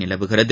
நிலவுகிறது